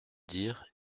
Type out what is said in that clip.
dire